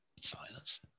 Silence